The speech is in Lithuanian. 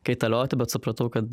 kaitalioti bet supratau kad